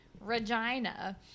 Regina